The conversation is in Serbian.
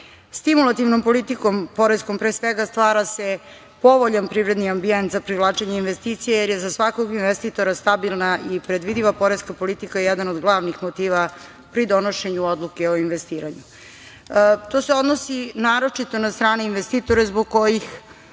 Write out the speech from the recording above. Stimulativnom politikom, poreskom pre svega, stvara se povoljan privredni ambijent za privlačenje investicija, jer je za svakog investitora stabilna i predvidiva poreska politika jedan od glavnih motiva pri donošenju odluke o investiranju. To se odnosi naročito na strane investitore zbog kojih